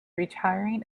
retiring